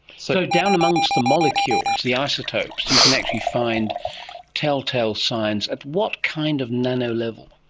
so down amongst the molecules, the isotopes, you can actually find tell-tale signs at what kind of nano level?